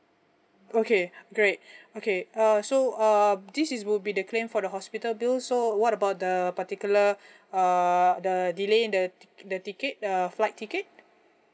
okay great okay uh so uh this is will be the claim for the hospital bills so what about the particular err the delay in the ticket the ticket err flight ticket